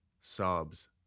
sobs